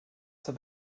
zur